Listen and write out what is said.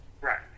Right